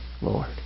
Lord